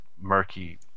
murky